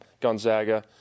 Gonzaga